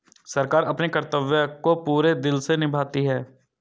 सरकार अपने कर्तव्य को पूरे दिल से निभाती है